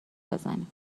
بزنیم